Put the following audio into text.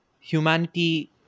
Humanity